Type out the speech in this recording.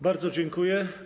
Bardzo dziękuję.